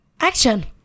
action